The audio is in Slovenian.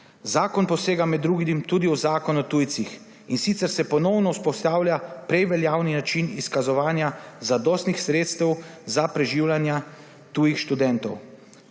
Zakon posega med drugim tudi v Zakon o tujcih, in sicer se ponovno vzpostavlja prej veljavni način izkazovanja zadostnih sredstev za preživljanja tujih študentov.